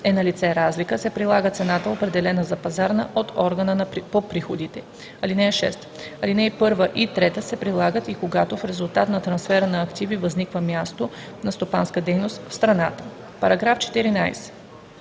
е налице разлика, се прилага цената, определена за пазарна от органа по приходите. (6) Алинеи 1 и 3 се прилагат и когато в резултат на трансфера на активи възниква място на стопанска дейност в страната. § 14.